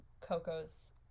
Coco's